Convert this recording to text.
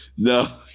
no